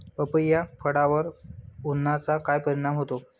पपई या फळावर उन्हाचा काय परिणाम होतो?